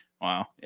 Wow